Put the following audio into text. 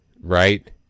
right